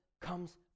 comes